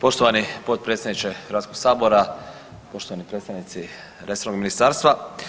Poštovani potpredsjedniče Hrvatskog sabora, poštovani predstavnici resornog ministarstva.